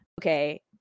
okay